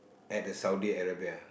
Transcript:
at the Saudi-Arabia